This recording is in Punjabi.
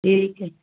ਠੀਕ ਹੈ